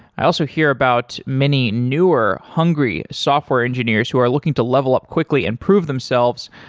i also hear about many newer, hungry software engineers who are looking to level up quickly and prove themselves